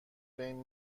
بین